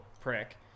prick